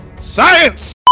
Science